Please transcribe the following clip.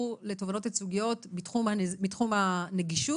לתובענות ייצוגיות בתחום הנגישות,